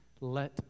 let